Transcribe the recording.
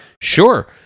sure